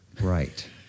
Right